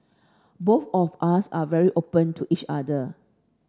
both of us are very open to each other